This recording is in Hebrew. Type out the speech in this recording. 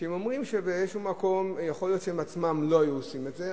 שאומרים שבאיזשהו מקום יכול להיות שהם עצמם לא היו עושים את זה,